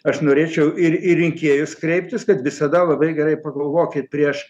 aš norėčiau ir į rinkėjus kreiptis kad visada labai gerai pagalvokit prieš